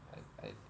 I I